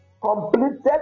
completed